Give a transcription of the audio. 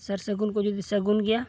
ᱥᱟᱨᱼᱥᱟᱹᱜᱩᱱᱠᱚ ᱡᱩᱫᱤ ᱥᱟᱹᱜᱩᱱ ᱜᱮᱭᱟ